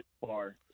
far